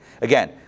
Again